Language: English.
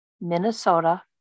Minnesota